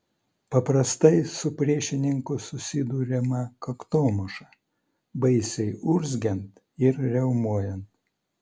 paprastai su priešininku susiduriama kaktomuša baisiai urzgiant ir riaumojant